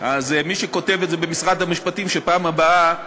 אז מי שכותב את זה במשרד המשפטים, שבפעם הבאה